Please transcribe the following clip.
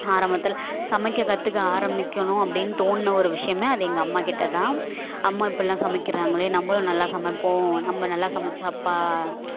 ஆரம்பத்தில் சமைக்க கற்றுக்க ஆரம்மிக்கணும் அப்படின்னு தோணின ஒரு விஷயமே அது எங்கள் அம்மாக்கிட்டே தான் அம்மா இப்பிடில்லாம் சமைக்கிறாங்களே நம்மளும் நல்லா சமைப்போம் நம்ம நல்லா சமைத்தா அப்பா